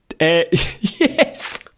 Yes